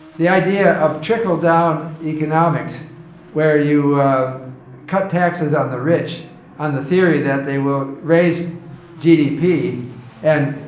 the idea of trickle-down economics where you cut taxes on the rich on the theory that they will raise gdp and,